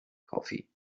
coffee